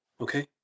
Okay